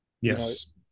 yes